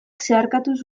zeharkatuz